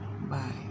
bye